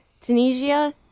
Tunisia